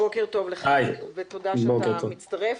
בוקר טוב לך ותודה שאתה מצטרף.